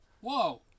Whoa